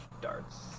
darts